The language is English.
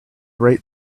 right